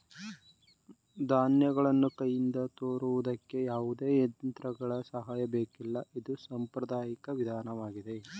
ಧಾನ್ಯಗಳನ್ನು ಕೈಯಿಂದ ತೋರುವುದಕ್ಕೆ ಯಾವುದೇ ಯಂತ್ರಗಳ ಸಹಾಯ ಬೇಕಿಲ್ಲ ಇದು ಸಾಂಪ್ರದಾಯಿಕ ವಿಧಾನವಾಗಿದೆ